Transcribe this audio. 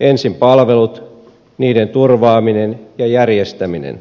ensin palvelut niiden turvaaminen ja järjestäminen